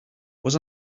was